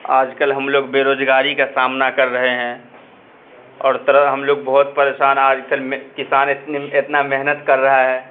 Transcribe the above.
آج کل ہم لوگ بیروزگاری کا سامنا کر رہے ہیں اور طرح ہم لوگ بہت پریشان آج کل میں کسان اتنا محنت کر رہا ہے